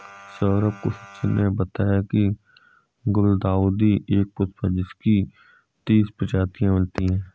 सौरभ को सचिन ने बताया की गुलदाउदी एक पुष्प है जिसकी तीस प्रजातियां मिलती है